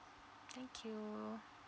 thank you